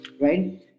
right